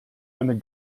eine